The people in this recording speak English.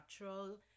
natural